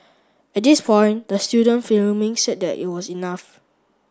at this point the student filming said that it was enough